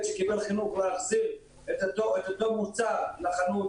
שקיבל חינוך להחזיר את אותו מוצר לחנות.